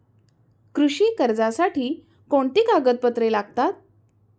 कृषी कर्जासाठी कोणती कागदपत्रे लागतात?